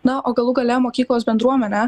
na o galų gale mokyklos bendruomenė